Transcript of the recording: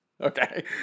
Okay